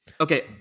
okay